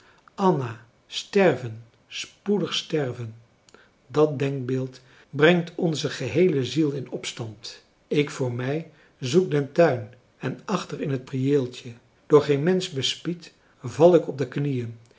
anna sterven spoedig sterven dat denkbeeld brengt onze geheele ziel in opstand ik voor mij zoek den tuin en achter in het prieeltje door geen mensch bespied val ik op de knieën